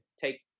Take